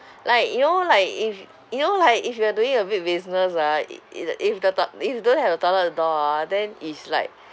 like you know like if you know like if you are doing a big business ah i~ i~ the if the to~ if don't have the toilet door ah then is like